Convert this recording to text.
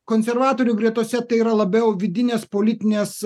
konservatorių gretose tai yra labiau vidinės politinės